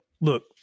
look